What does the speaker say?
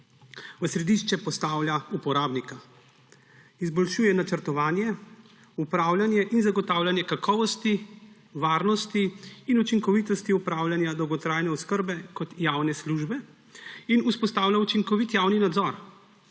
V središče postavlja uporabnika. Izboljšuje načrtovanje, upravljanje in zagotavljanje kakovosti, varnosti in učinkovitosti upravljanja dolgotrajne oskrbe kot javne službe in vzpostavlja učinkovit javni nadzor